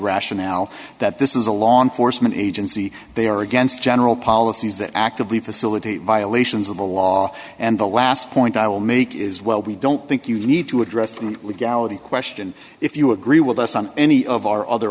rationale that this is a law enforcement agency they are against general policies that actively facilitate violations of the law and the last point i will make is well we don't think you need to address the legality question if you agree with us on any of our other